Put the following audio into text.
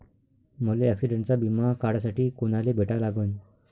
मले ॲक्सिडंटचा बिमा काढासाठी कुनाले भेटा लागन?